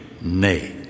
nay